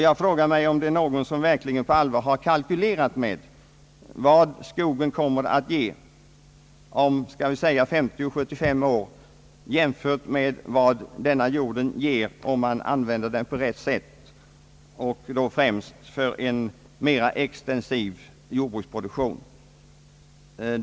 Jag frågar mig, om någon verkligen på allvar har kalkylerat med vad skogen kommer att ge om skall vi säga 50 å 75 år jämfört med vad jorden ger om man använder den på rätt sätt och då främst för en mera extensiv jordbruksproduktion.